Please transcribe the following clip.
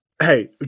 Hey